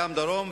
גם דרום,